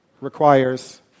requires